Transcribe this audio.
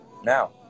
Now